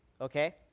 Okay